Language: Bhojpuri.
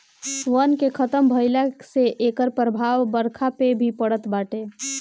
वन के खतम भइला से एकर प्रभाव बरखा पे भी पड़त बाटे